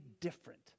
different